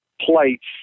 plates